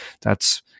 that's-